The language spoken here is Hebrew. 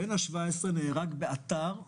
בן ה-17 נהרג באתר שנסגר.